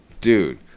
Dude